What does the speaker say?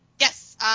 Yes